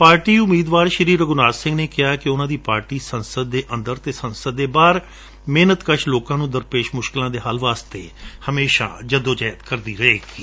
party ਉਮੀਦਵਾਰ ਰਘੁਨਾਬ ਸਿੰਘ ਨੇ ਕਿਹਾ ਕਿ ਉਨੂਾਂ ਦੀ ਪਾਰਟੀ ਸੰਸਦ ਦੇ ਅੰਦਰ ਅਤੇ ਸੰਸਦ ਦੇ ਬਾਹਰ ਮਿਹਨਤਕਸ਼ ਲੋਕਾ ਨੂੰ ਦਰਪੇਸ਼ ਮੁਸ਼ਕਲਾ ਦੇ ਹੱਲ ਲਈ ਜਦੋ ਜਹਿਦ ਕਰਦੀ ਰਹੇਗੀ